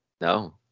No